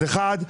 אם כן,